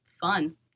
fun